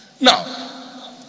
Now